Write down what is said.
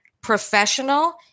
professional